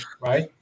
right